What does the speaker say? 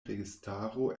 registaro